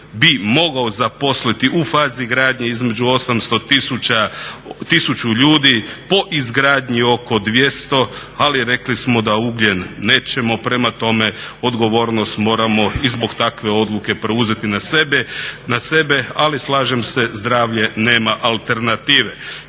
bi mogao zaposliti u fazi gradnje između 800 tisuća tisuću ljudi po izgradnji oko 200 ali rekli smo da ugljen nećemo, prema tome, odgovornost moramo i zbog takve odluke preuzeti na sebe. Ali slažem se, zdravlje nema alternative.